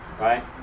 right